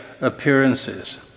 appearances